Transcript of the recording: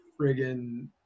friggin